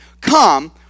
come